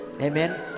Amen